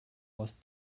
aus